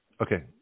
Okay